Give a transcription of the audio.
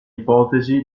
ipotesi